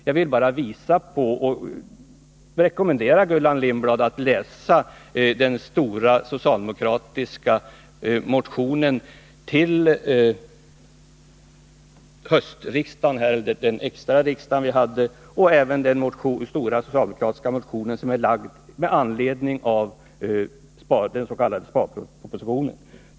Jag vill bara rekommendera Gullan Lindblad att läsa den stora socialdemokratiska motionen till den urtima riksdagen och även den stora socialdemokratiska motion som väckts med anledning av den s.k. sparpropositionen.